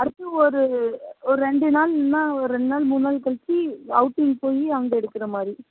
அடுத்து ஒரு ஒரு ரெண்டு நாள் இல்லைனா ஒரு ரெண்டு நாள் மூணு நாள் கழிச்சி அவுட்டிங் போய் அங்கே எடுக்கிற மாதிரி